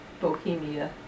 Bohemia